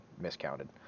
miscounted